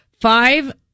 five